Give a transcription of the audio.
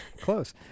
Close